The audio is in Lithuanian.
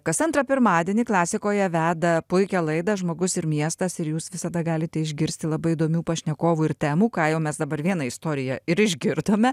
kas antrą pirmadienį klasikoje veda puikią laidą žmogus ir miestas ir jūs visą tą galite išgirsti labai įdomių pašnekovų ir temų ką jau mes dabar vieną istoriją ir išgirdome